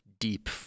deep